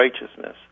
righteousness